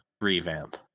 revamp